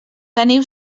teniu